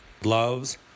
gloves